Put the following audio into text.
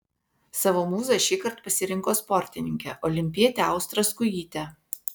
savo mūza šįkart pasirinko sportininkę olimpietę austrą skujytę